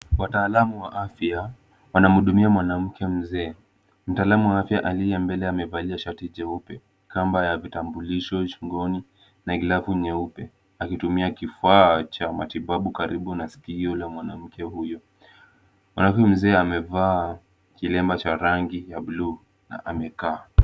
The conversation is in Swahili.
Wataalamu wa afya wanamhudumia mwanamke mzee. Mtaalamu wa afya aliye mbele amevalia shati jeupe, kamba ya vitambulisho shingoni na glavu nyeupe akitumia kifaa cha matibabu karibu na sikio la mwanamke huyu. Mwanamke mzee amevaa kilemba cha rangi ya blue na amekaa.